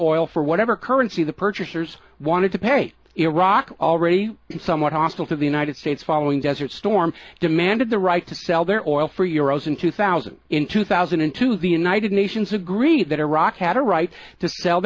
oil for whatever currency the purchasers wanted to pay iraq already somewhat hostile to the united states following desert storm demanded the right to sell their oil for euros in two thousand in two thousand and two the united nations agreed that iraq had a right to sell